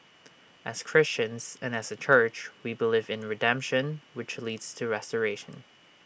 as Christians and as A church we believe in redemption which leads to restoration